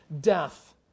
death